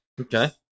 okay